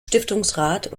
stiftungsrat